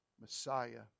Messiah